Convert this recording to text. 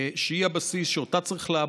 שהיא הבסיס שאותה צריך לעבות,